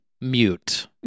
mute